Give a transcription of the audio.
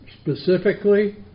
Specifically